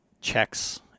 checks